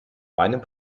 meinem